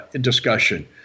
discussion